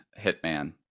hitman